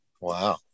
Wow